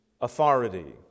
authority